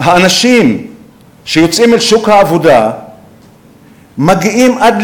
האנשים שיוצאים אל שוק העבודה מגיעים עד